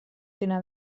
dinar